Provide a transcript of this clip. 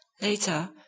Later